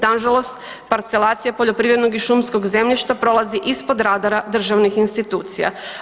Nažalost, parcelacija poljoprivrednog i šumskog zemljišta prolazi ispod radara državnih institucija.